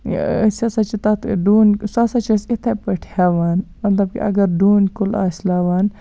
أسۍ ہسا چھِ تَتھ ڈوٗنۍ سُہ سا چھِ أسۍ یِتھٕے پٲٹھۍ ہیٚوان مطلب کہِ اَگر ڈوٗنۍ کُل آسہِ لَوان